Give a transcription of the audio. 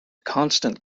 constant